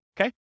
Okay